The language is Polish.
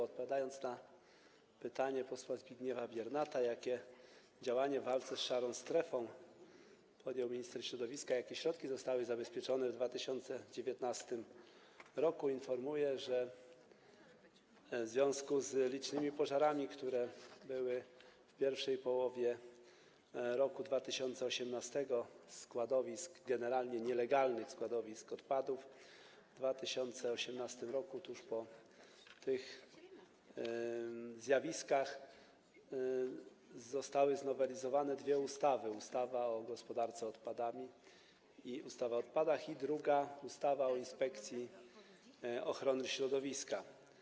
Odpowiadając na pytanie posła Zbigniewa Biernata, jakie działanie w walce z szarą strefą podjął minister środowiska, jakie środki zostały zabezpieczone w 2019 r., informuję, że w związku z licznymi pożarami, które były w pierwszej połowie roku 2018, składowisk, generalnie nielegalnych składowisk odpadów, w 2018 r. tuż po tych zjawiskach zostały znowelizowane dwie ustawy: ustawa o gospodarce odpadami i ustawa o odpadach, a także ustawa o Inspekcji Ochrony Środowiska.